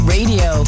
Radio